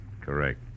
Correct